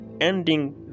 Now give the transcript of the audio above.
ending